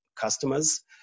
customers